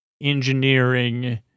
engineering